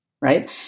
Right